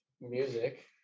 music